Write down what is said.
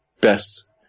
Best